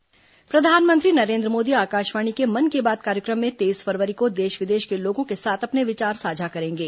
मन की बात प्रधानमंत्री नरेन्द्र मोदी आकाशवाणी के मन की बात कार्यक्रम में तेईस फरवरी को देश विदेश के लोगों के साथ अपने विचार साझा करेंगे